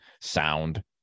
sound